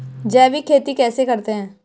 जैविक खेती कैसे करते हैं?